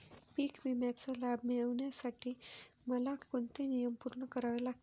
पीक विम्याचा लाभ मिळण्यासाठी मला कोणते नियम पूर्ण करावे लागतील?